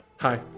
Hi